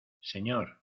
señor